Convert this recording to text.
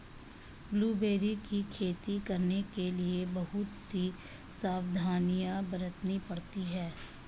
blueberry की खेती करने के लिए बहुत सी सावधानियां बरतनी पड़ती है